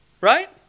right